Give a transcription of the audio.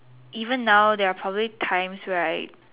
even now there are probably times where I'd